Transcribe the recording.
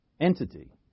entity